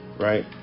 right